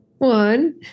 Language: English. One